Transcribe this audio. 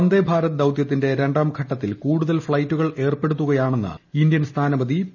വന്ദേഭാരത് ദൌതൃത്തിന്റെ രണ്ടാം ഘട്ടത്തിൽ കൂടുതൽ ഫ്ളൈറ്റുകൾ ഏർപ്പെടുത്തുകയാണെന്ന് ഇന്ത്യൻ സ്ഥാനപതി പി